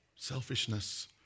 Selfishness